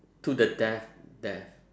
to the death death